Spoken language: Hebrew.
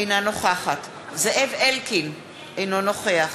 אינה נוכחת זאב אלקין, אינו נוכח